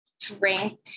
Drink